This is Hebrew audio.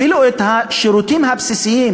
אפילו את השירותים הבסיסיים,